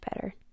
better